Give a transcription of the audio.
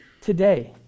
Today